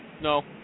No